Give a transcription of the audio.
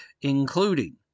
including